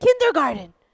kindergarten